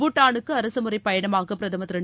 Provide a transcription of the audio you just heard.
பூட்டானுக்கு அரசுமுறைப் பயணமாக பிரதமர் திரு